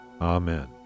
Amen